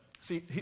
see